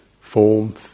form